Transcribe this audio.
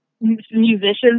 musicians